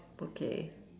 okay